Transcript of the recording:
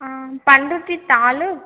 Panruti taluk